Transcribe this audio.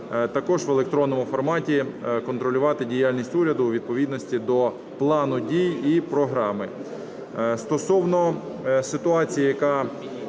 також в електронному форматі контролювати діяльність уряду у відповідності до плану дій і програми.